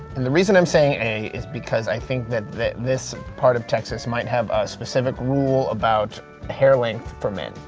and the reason i'm saying a is because i think that this part of texas might have a specific rule about hair length for men.